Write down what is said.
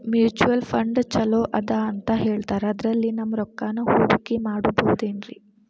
Mutual fund ಛಲೋ ಅದಾ ಅಂತಾ ಹೇಳ್ತಾರ ಅದ್ರಲ್ಲಿ ನಮ್ ರೊಕ್ಕನಾ ಹೂಡಕಿ ಮಾಡಬೋದೇನ್ರಿ?